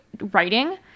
writing